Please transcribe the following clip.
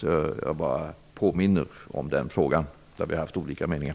Jag bara påminner om en fråga där vi har haft olika meningar.